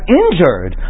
injured